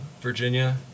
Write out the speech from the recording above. Virginia